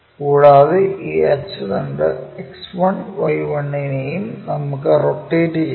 കൂടാതെ ഈ അച്ചുതണ്ട് X1Y1 നെയും നമുക്ക് റൊട്ടേറ്റ് ചെയ്യാം